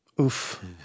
Oof